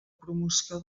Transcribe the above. promoció